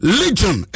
legion